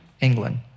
England